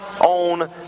on